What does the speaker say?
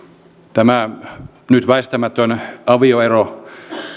tämä nyt väistämätön avioero